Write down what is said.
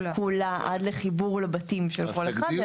כולה עד לחיבור לבתים של כל אחד.